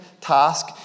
task